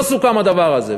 לא סוכם הדבר הזה,